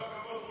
כל הכבוד,